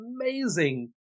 amazing